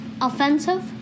offensive